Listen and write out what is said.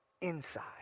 inside